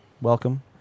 welcome